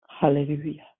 Hallelujah